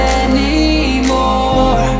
anymore